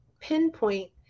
pinpoint